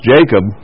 Jacob